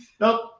Nope